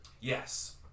Yes